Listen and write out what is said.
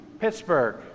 Pittsburgh